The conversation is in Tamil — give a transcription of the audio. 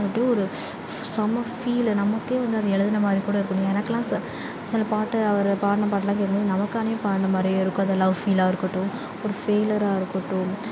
அப்படி ஒரு செம்ம ஃபீலு நமக்கே வந்து அது எழுதின மாதிரி கூட இருக்கும் எனக்குலாம் செ சில பாட்டு அவரு பாடின பாட்டுலாம் கேட்கும்போது நமக்காகவே பாடுனால் மாதிரியே இருக்கும் அந்த லவ் ஃபீலாக இருக்கட்டும் ஒரு ஃபெயிலியராக இருக்கட்டும்